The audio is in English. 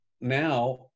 now